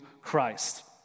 Christ